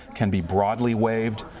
can be broadly waived.